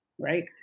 right